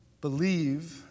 believe